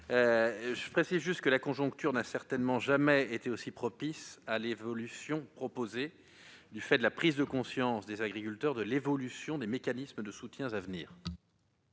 Je précise en complément que la conjoncture n'a sans doute jamais été aussi propice au changement proposé, du fait de la prise de conscience des agriculteurs de l'évolution des mécanismes de soutien à venir.